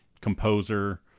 composer